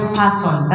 person